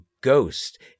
Ghost